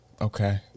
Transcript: Okay